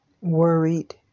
worried